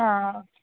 ആ ഓക്കെ